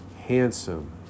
handsome